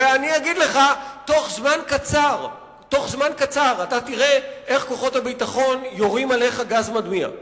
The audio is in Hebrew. ותוך זמן קצר אתה תראה איך כוחות הביטחון יורים עליך גז מדמיע,